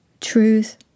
truth